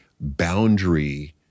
boundary